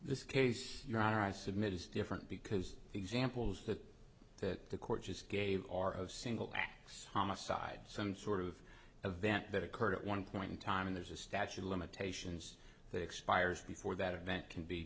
this case your honor i submit is different because examples that that the court just gave are of single acts homicide some sort of event that occurred at one point in time and there's a statute of limitations that expires before that event can be